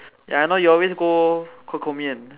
ya I know you always go 可口面